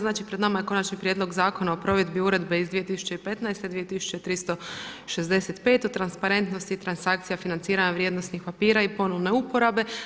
Znači pred nama je Konačni prijedlog zakona o provedbi Uredbe iz 2015. 2365 o transparentnosti transakcija financiranja vrijednosnih papira i ponovne uporabe.